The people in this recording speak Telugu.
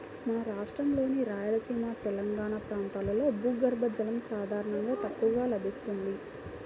మన రాష్ట్రంలోని రాయలసీమ, తెలంగాణా ప్రాంతాల్లో భూగర్భ జలం సాధారణంగా తక్కువగా లభిస్తుంది